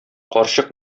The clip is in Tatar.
карчык